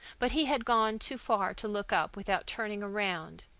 but he had gone too far to look up without turning round.